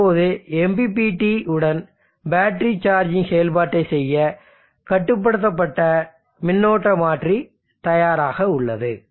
இப்போது MPPT உடன் battery charging செயல்பாட்டைச் செய்ய கட்டுப்படுத்தப்பட்ட மின்னோட்ட மாற்றி தயாராக உள்ளது